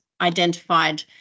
identified